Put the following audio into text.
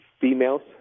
females